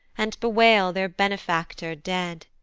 and bewail their benefactor dead.